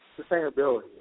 sustainability